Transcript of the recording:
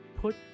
put